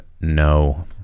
No